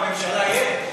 למה, ממשלה יש?